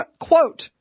quote